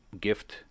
gift